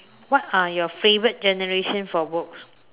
what are your favorite generation for books